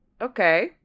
Okay